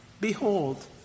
Behold